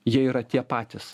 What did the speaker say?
jie yra tie patys